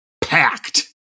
Packed